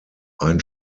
ein